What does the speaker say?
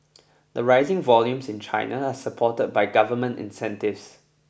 the rising volumes in China are supported by government incentives